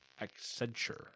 Accenture